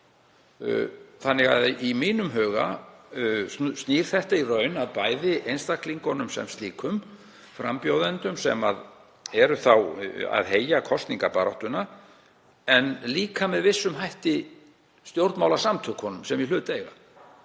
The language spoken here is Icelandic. Í mínum huga snýr þetta í raun að bæði einstaklingunum sem slíkum, frambjóðendum sem eru að heyja kosningabaráttu, og líka með vissum hætti stjórnmálasamtökunum sem í hlut eiga.